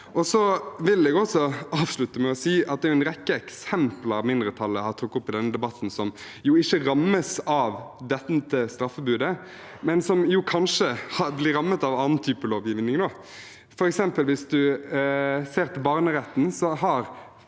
Jeg vil avslutte med å si at det er en rekke eksempler mindretallet tok opp i denne debatten som ikke rammes av dette straffebudet, men som kanskje blir rammet av annen type lovgivning. Hvis man f.eks. ser på barneretten,